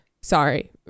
Sorry